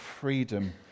freedom